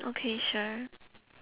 okay sure